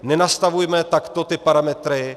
Nenastavujme takto ty parametry.